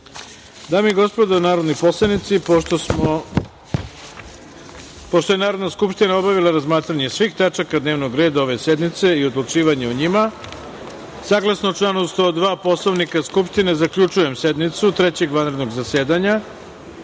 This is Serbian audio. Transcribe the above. i gospodo narodni poslanici, pošto je Narodna skupština obavila razmatranje svih tačaka dnevnog reda ove sednice i odlučivanje o njima, saglasno članu 102. Poslovnika Narodne skupštine, zaključujem sednicu Trećeg vanrednog zasedanja